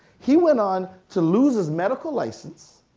he went on to lose his medical license,